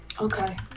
Okay